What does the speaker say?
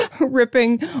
ripping